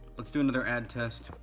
let's do another ad test.